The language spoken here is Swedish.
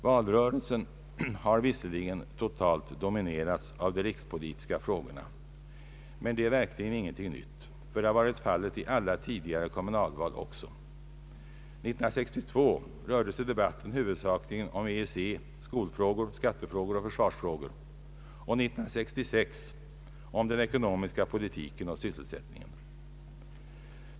Valrörelsen har visserligen totalt dominerats av de rikspolitiska frågorna, men det är verkligen ingenting nytt. Det har varit fallet också i alla tidigare kommunalval. 1962 rörde sig debatten huvudsakligen om EEC, skolfrågor, skattefrågor och försvarsfrågor. 1966 rörde den sig om den ekonomiska politiken och sysselsättningen.